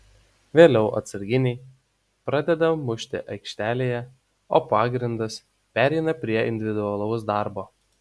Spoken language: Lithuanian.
vėliau atsarginiai pradeda mūšį aikštėje o pagrindas pereina prie individualaus darbo